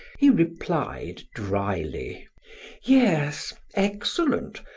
he replied dryly yes, excellent,